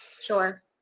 Sure